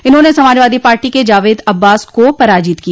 इन्होंने समाजवादी पार्टी के जावेद अब्बास को पराजित किया